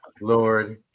lord